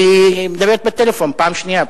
והיא מדברת בטלפון פעם שנייה,